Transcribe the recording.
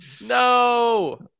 no